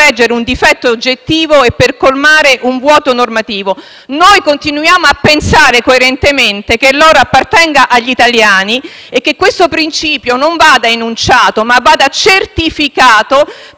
per correggere un difetto oggettivo e per colmare un vuoto normativo. Continuiamo a pensare, coerentemente, che l'oro appartenga agli italiani e che questo principio non vada enunciato, ma vada certificato,